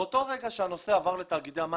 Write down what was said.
מאותו רגע שהנושא עבר לתאגידי המים,